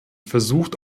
versucht